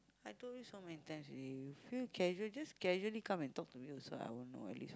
I told you so many times already you feel casual just causally come and talk to me also I won't all this